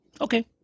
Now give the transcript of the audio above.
Okay